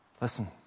Listen